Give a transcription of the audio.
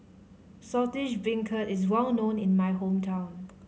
Saltish Beancurd is well known in my hometown